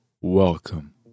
welcome